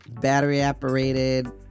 battery-operated